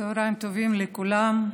צוהריים טובים לכולם.